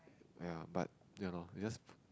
!aiya! but ya loh just